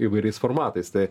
įvairiais formatais tai